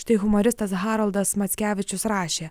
štai humoristas haroldas mackevičius rašė